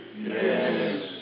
Yes